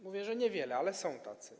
Mówię, że niewielu, ale są tacy.